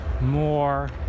more